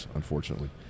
unfortunately